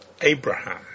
Abraham